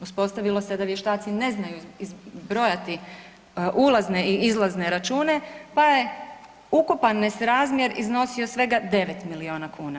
Uspostavilo se da vještaci ne znaju izbrojati ulazne i izlazne račune, pa je ukupan nesrazmjer iznosio svega 9 milijuna kuna.